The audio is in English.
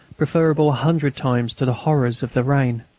preferable a hundred times to the horrors of the rain.